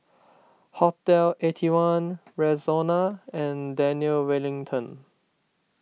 Hotel Eighty One Rexona and Daniel Wellington